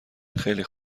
خیلی